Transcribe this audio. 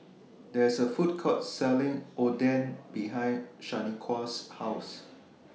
There's A Food Court Selling Oden behind Shaniqua's House